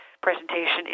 presentation